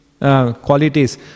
qualities